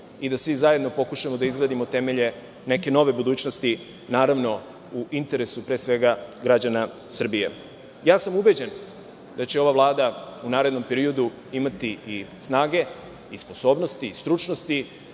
i da svi zajedno pokušamo da izgradimo temelje neke nove budućnosti u interesu pre svega građane Srbije. Ubeđen sam da će ova Vlada u narednom periodu imati snage i sposobnosti i stručnosti